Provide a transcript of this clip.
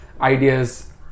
ideas